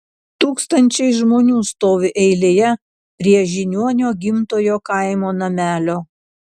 tūkstančiai žmonių stovi eilėje prie žiniuonio gimtojo kaimo namelio